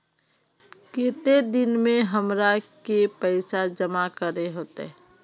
केते दिन में हमरा के पैसा जमा करे होते?